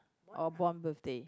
or born birthday